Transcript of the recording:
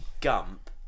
Gump